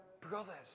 brothers